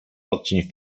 odcień